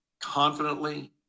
confidently